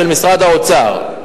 של משרד האוצר,